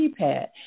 keypad